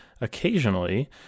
occasionally